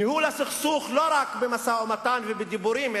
ניהול הסכסוך לא רק במשא-ומתן ובדיבורים,